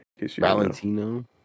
Valentino